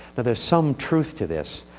there's some truth to this,